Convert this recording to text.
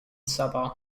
sabah